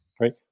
Right